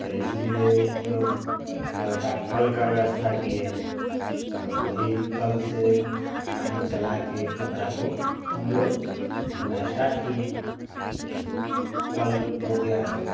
तो इसलिए हम लोग नल का कल का व्यवस्था किए तब वही कल से पानी चला के कपड़ा को हम लोग धोना इस्टाट किए जब कल हो गया तो